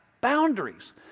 boundaries